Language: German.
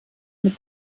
mit